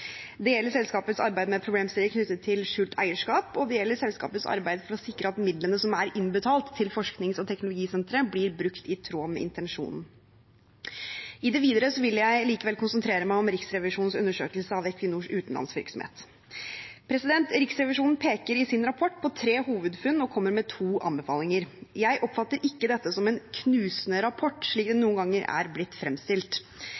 Det gjelder selskapets arbeid med problemstillinger knyttet til skjult eierskap, og det gjelder selskapets arbeid for å sikre at midlene som er innbetalt til forsknings- og teknologisenteret, blir brukt i tråd med intensjonen. I det videre vil jeg likevel konsentrere meg om Riksrevisjonens undersøkelse av Equinors utenlandsvirksomhet. Riksrevisjonen peker i sin rapport på tre hovedfunn og kommer med to anbefalinger. Jeg oppfatter ikke dette som en knusende rapport, slik det noen ganger er blitt fremstilt.